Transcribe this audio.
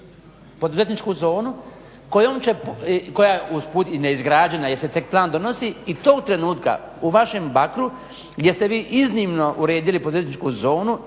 poduzetničku zonu koja je usput i neizgrađena jer se tek plan donosi i tok trenutka u vašem Bakru gdje ste vi iznimno uredili poduzetničku zonu